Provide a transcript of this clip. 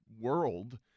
world